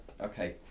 okay